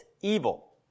evil